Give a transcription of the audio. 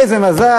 איזה מזל,